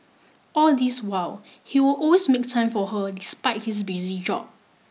all this while he would always make time for her despite his busy job